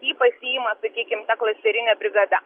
jį pasiima sakykim ta klasikinė brigada